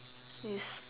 is